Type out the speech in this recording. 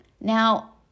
Now